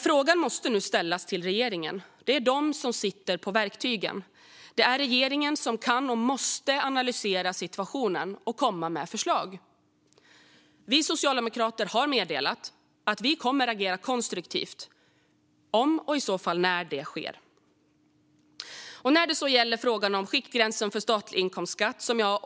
Frågan måste nu ställas till regeringen eftersom det är den som sitter på verktygen. Det är regeringen som kan och måste analysera situationen och komma med förslag. Vi socialdemokrater har meddelat att vi kommer att agera konstruktivt om och när det sker. Så till frågan om skiktgränsen för statlig inkomstskatt.